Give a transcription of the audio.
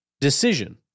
decision